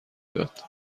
داد